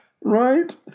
Right